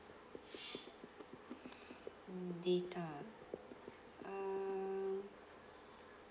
mm data err